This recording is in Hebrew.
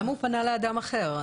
למה הוא פנה לאדם אחר?